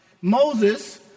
Moses